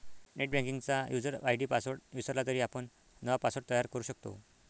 नेटबँकिंगचा user ID password विसरला तरी आपण नवा पासवर्ड तयार करू शकतो